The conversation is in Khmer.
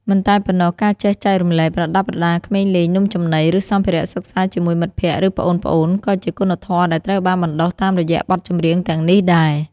មិនតែប៉ុណ្ណោះ ការចេះចែករំលែក ប្រដាប់ប្រដាក្មេងលេង នំចំណី ឬសម្ភារៈសិក្សាជាមួយមិត្តភក្តិ ឬប្អូនៗ ក៏ជាគុណធម៌ដែលត្រូវបានបណ្ដុះតាមរយៈបទចម្រៀងទាំងនេះដែរ។